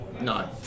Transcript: no